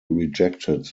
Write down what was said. rejected